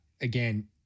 Again